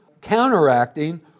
counteracting